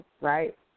right